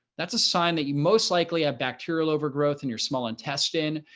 that's a sign that you most likely have bacterial overgrowth in your small intestine,